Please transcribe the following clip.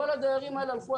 כל הדיירים האלה הלכו,